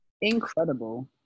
Incredible